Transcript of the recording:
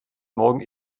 morgen